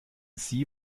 sie